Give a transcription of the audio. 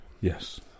Yes